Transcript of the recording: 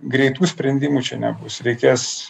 greitų sprendimų čia nebus reikės